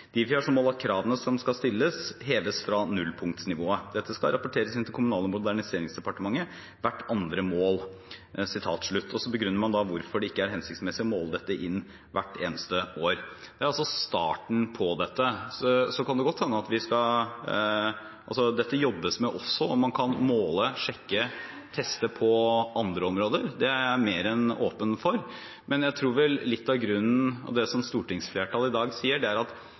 har som mål at kravene som skal stilles skal heves fra nullpunktsnivået. Dette skal rapporteres inn til Kommunal- og moderniseringsdepartementet hvert andre år.» Og så begrunner man hvorfor det ikke er hensiktsmessig å måle det inn hvert eneste år. Det er altså starten på dette. Dette jobbes det også med, og man kan måle, sjekke og teste på andre områder. Det er jeg mer enn åpen for. Det stortingsflertallet i dag sier, er vel at det er fint å ha en debatt for å få en underveisvurdering fra regjeringen, men det er